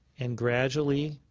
and gradually,